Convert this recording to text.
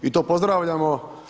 I to pozdravljamo.